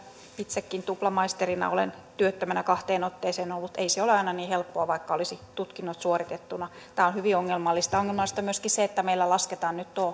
itsekin tuplamaisterina olen työttömänä kahteen otteeseen ollut ei se ole aina niin helppoa vaikka olisi tutkinnot suoritettuina tämä on hyvin ongelmallista ongelmallista on myöskin se että meillä lasketaan nyt